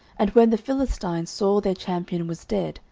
and when the philistines saw their champion was dead,